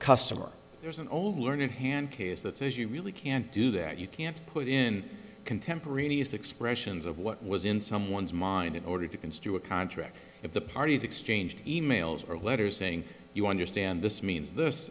customer there's an old learned hand case that says you really can't do that you can't put in contemporaneous expressions of what was in someone's mind in order to construe a contract if the parties exchanged e mails or letters saying you understand this means this